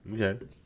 okay